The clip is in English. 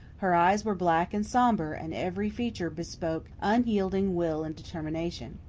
her eyes were black and sombre, and every feature bespoke unyielding will and determination.